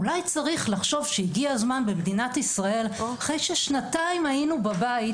אולי צריך לחשוב שהגיע הזמן במדינת ישראל אחרי ששנתיים היינו בבית,